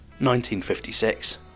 1956